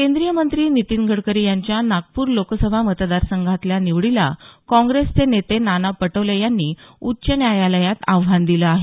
केंद्रीय मंत्री नितीन गडकरी यांच्या नागपूर लोकसभा मतदारसंघातल्या निवडीला काँग्रेसचे नेते नाना पटोले यांनी उच्च न्यायालयात आव्हान दिलं आहे